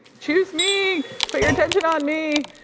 choose me, put your attention on me.